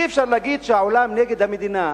אי-אפשר להגיד שהעולם הוא נגד המדינה.